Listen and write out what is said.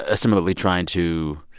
ah similarly trying to